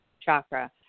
chakra